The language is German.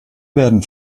werden